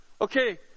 Okay